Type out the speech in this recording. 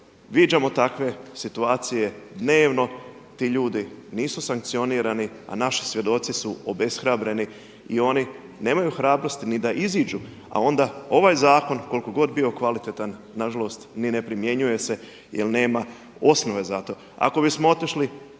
Viđamo takve situacije dnevno. Ti ljudi nisu sankcionirani, a naši svjedoci su obeshrabreni i oni nemaju hrabrosti ni da iziđu, a onda ovaj zakon koliko god bio kvalitetan na žalost ni ne primjenjuje se jer nema osnove za to. Ako bismo otišli